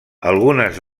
algunes